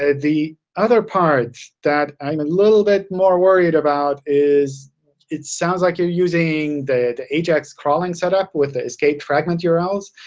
ah the other part that i'm a little bit more worried about is it sounds like you're using the the ajax crawling setup with the escape fragment urls,